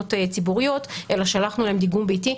בעמדות ציבוריות אלא שלחנו להם דיגום ביתי,